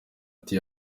ati